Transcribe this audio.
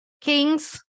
Kings